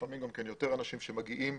לפעמים גם יותר אנשים שמגיעים,